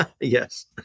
Yes